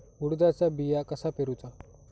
उडदाचा बिया कसा पेरूचा?